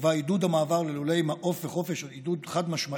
ובה עידוד המעבר ללולי מעוף וחופש הוא עידוד חד-משמעי.